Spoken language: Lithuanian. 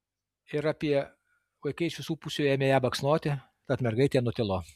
ir apie vaikai iš visų pusių ėmė ją baksnoti tad mergaitė nutilo